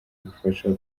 bufasha